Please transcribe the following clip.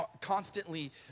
constantly